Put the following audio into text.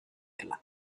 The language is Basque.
dela